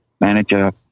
manager